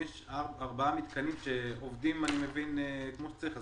אם יש ארבעה מתקנים שעובדים כמו שצריך,